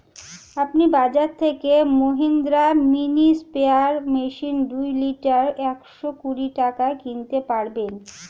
আপনি বাজর থেকে মহিন্দ্রা মিনি স্প্রেয়ার মেশিন দুই লিটার একশো কুড়ি টাকায় কিনতে পারবেন